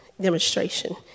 demonstration